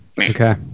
Okay